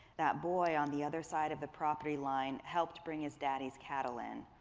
that boy on the other side of the property line helped bring his daddy's cattle in.